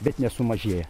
bet nesumažėja